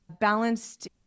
balanced